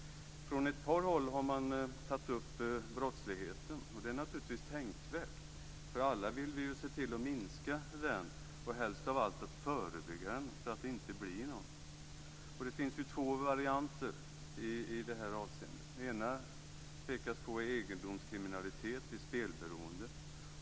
Från ett par håll har man tagit upp frågan om brottsligheten. Det är naturligtvis tänkvärt. Alla vill vi ju se till att minska den och helst av allt att förebygga den så att det inte blir någon brottslighet. Det finns två varianter i det avseendet: Den ena delen av brottsligheten är egendomskriminalitet vid spelberoende.